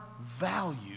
value